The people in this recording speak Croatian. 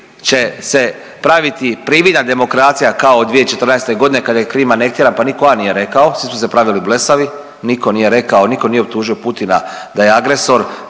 će se praviti prividna demokracija kao od 2014. g. kada je Krim anektiran pa nitko a nije rekao, svi su se pravili blesavi, nitko nije rekao, nitko nije optužio Putina da je agresor,